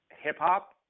hip-hop